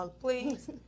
Please